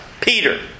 Peter